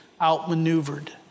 outmaneuvered